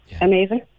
Amazing